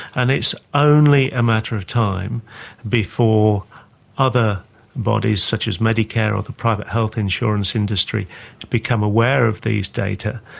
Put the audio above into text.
and it's only a matter of time before other bodies such as medicare or the private health insurance industry become aware of these data,